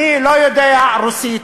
אני לא יודע רוסית,